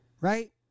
right